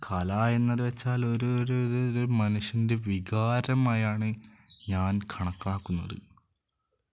കല എന്നത് വെച്ചാൽ ഒരു ഒരു ഒരു ഒരു മനുഷ്യൻ്റെ വികാരമായാണ് ഞാൻ കണക്കാക്കുന്നത്